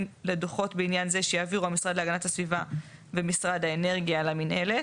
לדוחות בעניין זה שיעבירו המשרד להגנת הסביבה ומשרד האנרגיה למינהלת".